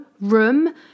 room